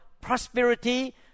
prosperity